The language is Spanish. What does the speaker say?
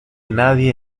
nadie